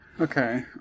Okay